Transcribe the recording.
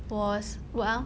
was what ah